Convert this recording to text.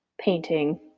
painting